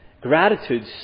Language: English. Gratitude